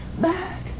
back